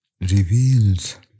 reveals